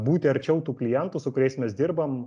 būti arčiau tų klientų su kuriais mes dirbam